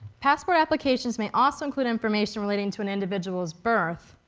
passport applications may also include information relating to an individual's birth.